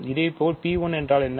இதேபோல் P1 என்றால் என்ன